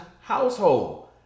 household